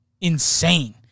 insane